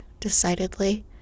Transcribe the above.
decidedly